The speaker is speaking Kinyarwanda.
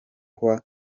kuko